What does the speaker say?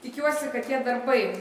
tikiuosi kad tie darbai